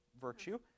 virtue